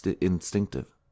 instinctive